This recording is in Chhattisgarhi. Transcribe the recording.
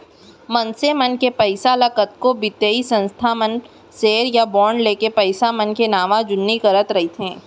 मनसे मन के पइसा ल कतको बित्तीय संस्था मन सेयर या बांड लेके पइसा मन के नवा जुन्नी करते रइथे